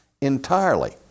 entirely